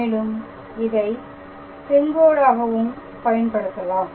மேலும்இதை செங்கோடு ஆகவும் பயன்படுத்தலாம்